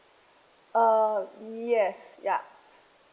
uh yes yeah